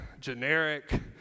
generic